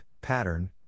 pattern